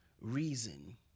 reason